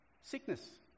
Sickness